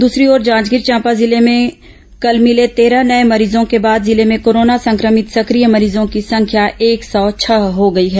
दूसरी ओर जांजगीर चांपा जिले में कल मिले तेरह नए मरीजों के बाद जिले में कोरोना संक्रमित सक्रिय मरीजों की संख्या एक सौ छह हो गई है